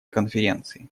конференции